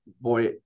boy